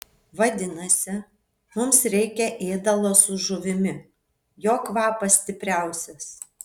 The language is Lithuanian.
vadinasi mums reikia ėdalo su žuvimi jo kvapas stipriausias